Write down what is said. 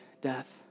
death